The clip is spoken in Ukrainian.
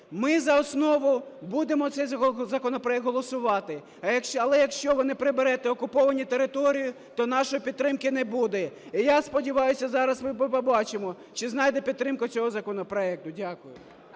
Ми за основу будемо цей законопроект голосувати, але якщо ви не приберете "окуповані території", то нашої підтримки не буде. І я сподіваюся, зараз ми побачимо, чи знайде підтримку цей законопроект. Дякую.